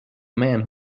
man